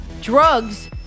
drugs